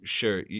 Sure